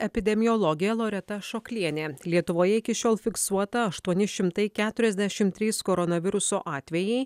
epidemiologė loreta ašoklienė lietuvoje iki šiol fiksuota aštuoni šimtai keturiasdešim trys koronaviruso atvejai